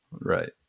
Right